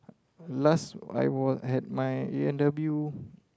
last I was had my a-and-w